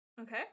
Okay